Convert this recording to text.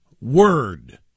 word